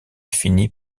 finit